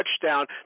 touchdown